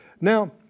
Now